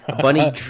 bunny